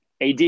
AD